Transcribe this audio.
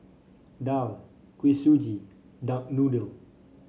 daal Kuih Suji Duck Noodle